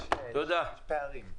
יש פערים.